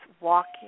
walking